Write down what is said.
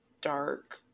dark